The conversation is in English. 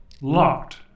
locked